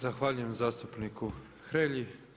Zahvaljujem zastupniku Hrelji.